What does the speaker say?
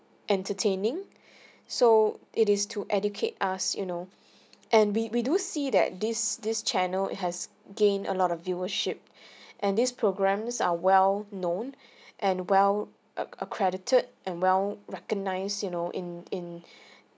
entertaining so it is to educate us you know and we we do see that this this channel has gained a lot of viewership and these programmes are well known and well of a accredited and well recognise you know in in